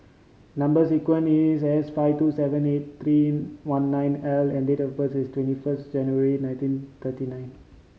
number sequence is S five two seven eight three one nine L and the date of birth is twenty first January nineteen thirty nine